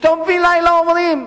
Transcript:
פתאום בן-לילה אומרים: